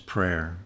Prayer